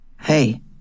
Hey